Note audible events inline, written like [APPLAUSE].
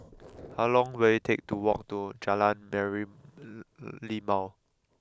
how long will it take to walk to Jalan [UNINTELLIGIBLE]